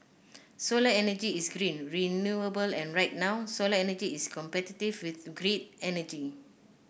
solar energy is green renewable and right now solar energy is competitive with grid energy